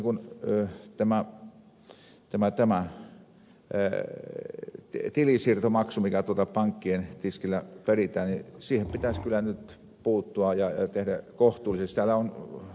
sen takia minusta tähän tilisiirtomaksuun mikä pankkien tiskillä peritään pitäisi kyllä nyt puuttua ja tehdä se kohtuulliseksi